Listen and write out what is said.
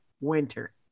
winter